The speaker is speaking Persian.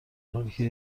حالیکه